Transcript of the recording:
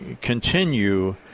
continue